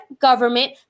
government